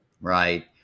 right